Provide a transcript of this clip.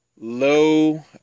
low